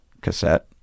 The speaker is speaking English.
cassette